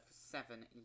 seven